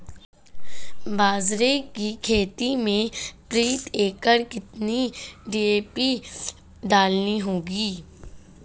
बाजरे की खेती में प्रति एकड़ कितनी डी.ए.पी डालनी होगी?